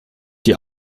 die